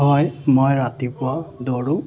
হয় মই ৰাতিপুৱা দৌৰোঁ